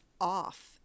off